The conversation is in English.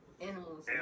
animals